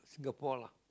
Singapore lah